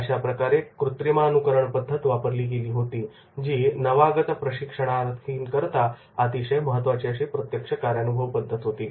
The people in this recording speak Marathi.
अशाप्रकारे कृत्रिमानुकरण पद्धत वापरली गेली होती जी नवागत प्रशिक्षणार्थीकरता अतिशय महत्वाची अशी प्रत्यक्ष कार्यानुभव पद्धत होती